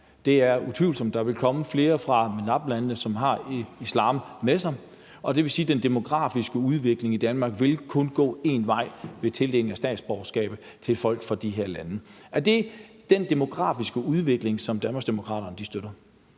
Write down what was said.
Det er utvivlsomt. Der vil komme flere fra MENAPT-landene, som har islam med sig. Og det vil sige, at den demografiske udvikling i Danmark kun vil gå én vej ved tildeling af statsborgerskab til folk fra de her lande. Er det den demografiske udvikling, som Danmarksdemokraterne støtter?